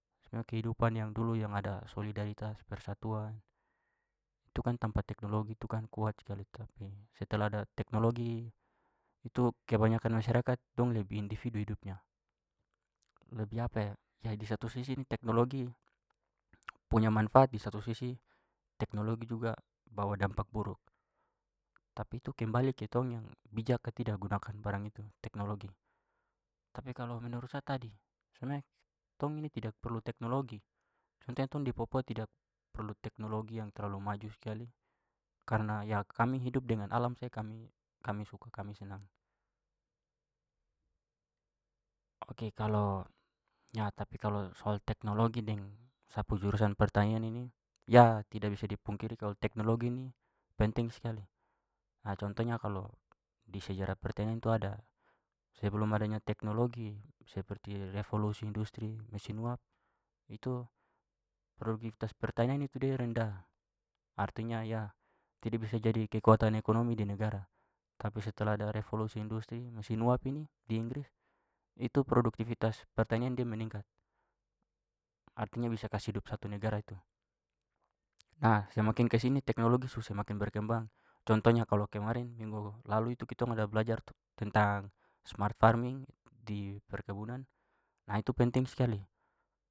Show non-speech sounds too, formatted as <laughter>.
Sebenarnya kehidupan yang dulu yang ada solidaritas persatuan itu kan tampa teknologi itu kan kuat sekali, tapi setelah ada teknologi itu kebanyakan masyarakat dong lebih individu hidupnya. Lebih <hesitation> ya di satu sisi ini teknologi <noise> punya manfaat di satu sisi teknologi juga bawa dampak buruk. Tapi itu kembali ke tong yang bijak ka tidak gunakan barang itu, teknologi. Tapi kalo menurut sa tadi sebenarnya tong ini tidak perlu teknologi. <unintelligible> tong di papua tidak perlu teknologi yang terlalu maju sekali karena ya kami hidup dengan alam saja kami- kami suka kami senang. Ok, kalau <hesitation> tapi kalau soal teknologi deng sa pu jurusan pertanian ini <hesitation> tidak bisa dipungkiri kalau teknologi ini penting sekali. Contohnya kalau di sejarah pertanian itu ada sebelum adanya teknologi seperti revolusi industri mesin uap itu produktifitas pertanian itu de rendah, artinya <hesitation> tidak bisa jadi kekuatan ekonomi di negara. Tapi setelah ada revolusi industri mesin uap ini di inggris itu produktifitas pertanian dia meningkat, artinya bisa kasi hidup satu negara itu. Nah, semakin ke sini teknologi su semakin berkembang, contohnya kalau kemarin minggu lalu itu kitong ada belajar tentang smart farming di perkebunan nah itu penting sekali.